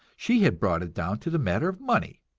she had brought it down to the matter of money!